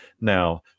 Now